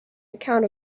account